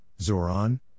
Zoran